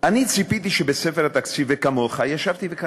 אני ציפיתי שבספר התקציב, וכמוך ישבתי וקראתי,